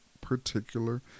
particular